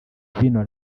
vino